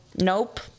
nope